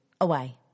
away